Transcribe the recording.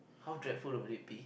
how dreadful would it be